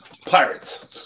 Pirates